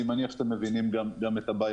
אני מניח שאתם מבינים את הבעייתיות,